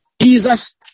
Jesus